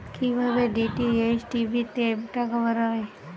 কি ভাবে DTH TV তে টাকা ভরা হয়?